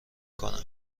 کنم